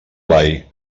blai